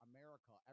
America